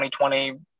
2020